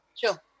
Sure